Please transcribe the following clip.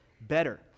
better